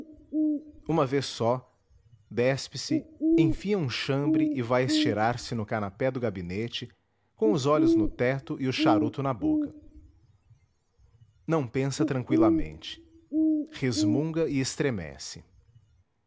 uma vez só despe se enfia um chambre e vai estirar-se no canapé do gabinete com os olhos no tecto e o charuto na boca não pensa tranqüilamente resmunga e estremece